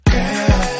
Girl